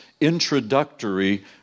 introductory